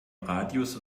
radius